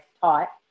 taught